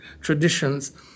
traditions